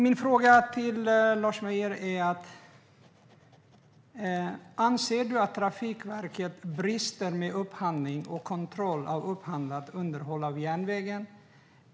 Min fråga till Lars Mejern Larsson är: Anser du att Trafikverket brister i upphandling och kontroll av upphandlat underhåll av järnvägen?